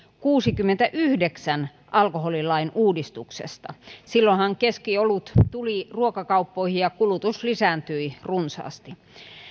kuusikymmentäyhdeksän alkoholilain uudistuksesta silloinhan keskiolut tuli ruokakauppoihin ja kulutus lisääntyi runsaasti